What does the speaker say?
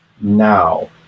now